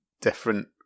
different